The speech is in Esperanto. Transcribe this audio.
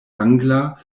angla